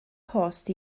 post